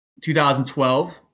2012